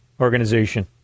Organization